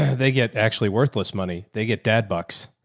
ah they get actually worthless money. they get dead bucks.